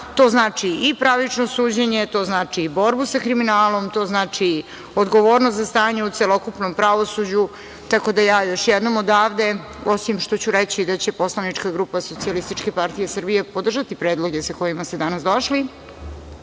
To znači i pravično suđenje, to znači i borbu sa kriminalom, to znači odgovornost za stanje u celokupnom pravosuđu. Još jednom ću odavde, osim što ću reći da će poslanička grupa SPS podržati predloge sa kojima ste danas došli,